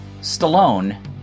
Stallone